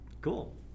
Cool